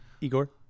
Igor